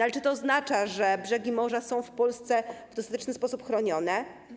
Ale czy to oznacza, że brzegi morza są w Polsce w dostateczny sposób chronione?